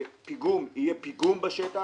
ופיגום יהיה פיגום בשטח.